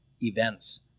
events